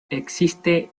existe